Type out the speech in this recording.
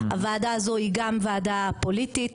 הוועדה הזו היא גם ועדה פוליטית,